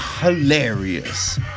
hilarious